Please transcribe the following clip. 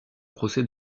procès